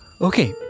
Okay